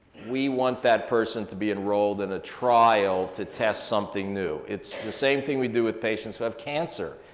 we want that person to be enrolled in a trial to test something new. it's the same thing we do with patients who have cancer.